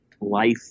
life